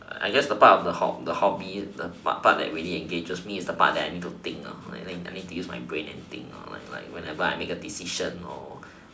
I guess the part of the hob~ the hobby the part that really engages me is the part I need to think lah I need to use my brain and think like like whenever I make a decision or